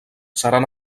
seran